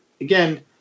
again